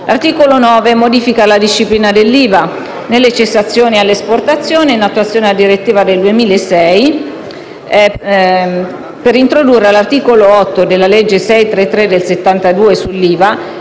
L'articolo 9 modifica la disciplina dell'IVA nelle cessioni all'esportazione, in attuazione di una direttiva del 2006 per introdurre all'articolo 8 della legge n. 633 del 1972, sull'IVA,